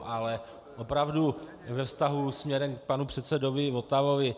Ale opravdu ve vztahu směrem k panu předsedovi Votavovi.